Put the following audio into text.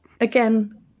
Again